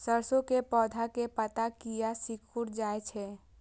सरसों के पौधा के पत्ता किया सिकुड़ जाय छे?